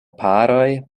paroj